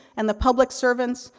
and the public servants,